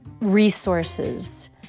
resources